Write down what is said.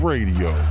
Radio